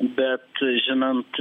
bet žinant